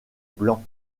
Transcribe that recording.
blanc